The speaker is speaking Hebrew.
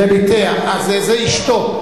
דביתיה, זו אשתו.